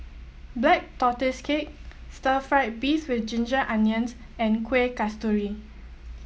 Black Tortoise Cake Stir Fried Beef with Ginger Onions and Kuih Kasturi